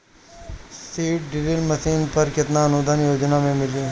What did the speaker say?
Seed drill machine पर केतना अनुदान योजना में मिली?